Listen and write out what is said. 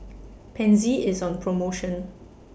Pansy IS on promotion